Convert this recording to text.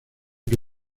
que